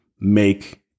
make